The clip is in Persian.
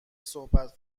صحبت